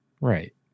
right